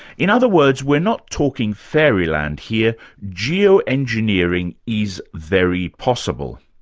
in other words we're not talking fairyland here geoengineering is very possible.